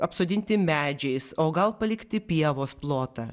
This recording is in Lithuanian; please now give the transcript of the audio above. apsodinti medžiais o gal palikti pievos plotą